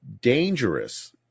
dangerous